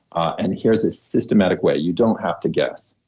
and here's a systematic way, you don't have to guess